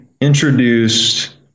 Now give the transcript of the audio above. introduced